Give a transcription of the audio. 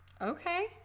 Okay